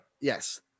Yes